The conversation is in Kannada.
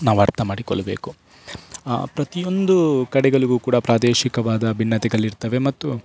ನಾವು ಅರ್ಥ ಮಾಡಿಕೊಳ್ಳಬೇಕು ಪ್ರತಿಯೊಂದು ಕಡೆಗಳಿಗು ಕೂಡ ಪ್ರಾದೇಶಿಕವಾದ ಭಿನ್ನತೆಗಲಿರ್ತವೆ ಮತ್ತು